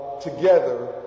together